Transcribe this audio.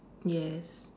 yes